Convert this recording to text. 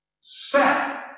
set